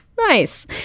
Nice